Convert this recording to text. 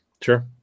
sure